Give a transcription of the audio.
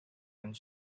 and